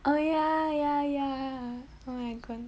oh ya ya ya ya